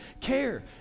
care